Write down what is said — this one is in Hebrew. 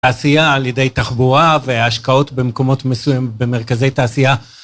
תעשייה על ידי תחבורה וההשקעות במקומות מסויים במרכזי תעשייה